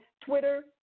Twitter